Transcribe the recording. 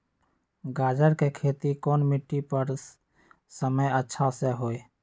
गाजर के खेती कौन मिट्टी पर समय अच्छा से होई?